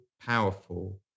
powerful